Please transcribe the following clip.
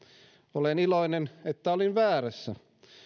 olen iloinen että olin väärässä